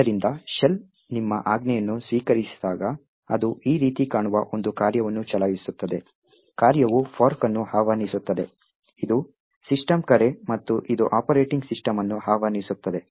ಆದ್ದರಿಂದ ಶೆಲ್ ನಿಮ್ಮ ಆಜ್ಞೆಯನ್ನು ಸ್ವೀಕರಿಸಿದಾಗ ಅದು ಈ ರೀತಿ ಕಾಣುವ ಒಂದು ಕಾರ್ಯವನ್ನು ಚಲಾಯಿಸುತ್ತದೆ ಕಾರ್ಯವು ಫೋರ್ಕ್ ಅನ್ನು ಆಹ್ವಾನಿಸುತ್ತದೆ ಇದು ಸಿಸ್ಟಮ್ ಕರೆ ಮತ್ತು ಇದು ಆಪರೇಟಿಂಗ್ ಸಿಸ್ಟಮ್ ಅನ್ನು ಆಹ್ವಾನಿಸುತ್ತದೆ